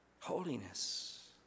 Holiness